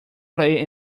player